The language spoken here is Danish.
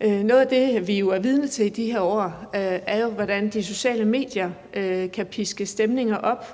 Noget af det, vi jo er vidne til i de her år, er, hvordan de sociale medier kan piske stemninger op –